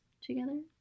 together